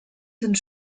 sind